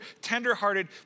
tenderhearted